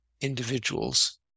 individuals